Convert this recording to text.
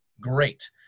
great